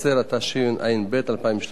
התשע"ב 2012,